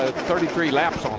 thirty three laps on them.